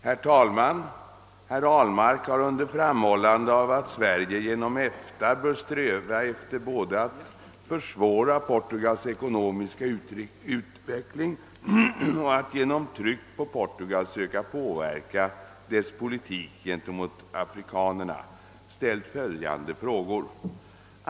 Herr talman! Herr Ahlmark har, under framhållande av att Sverige genom EFTA bör sträva efter både att försvåra Portugals ekonomiska utveckling och att genom tryck på Portugal söka påverka dess politik gentemot afrikanerna, ställt följande frågor: 1.